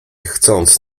chcąc